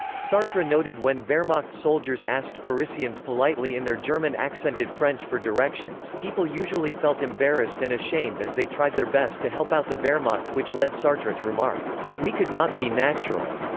sartre noted when wehrmacht soldiers asked parisians politely in their german-accented french for directions, people usually felt embarrassed and ashamed as they tried their best to help out the wehrmacht which led sartre to remark we could not be natural.